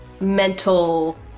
mental